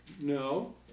No